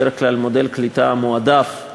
בדרך כלל מודל הקליטה המועדף,